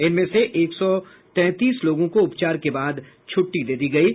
इनमें से एक सौ तैंतीस लोगों को उपचार के बाद छुट्टी दे दी गई है